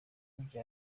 bya